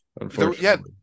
unfortunately